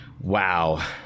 Wow